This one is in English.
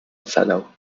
fellow